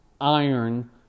iron